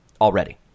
already